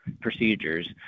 procedures